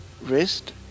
wrist